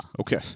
Okay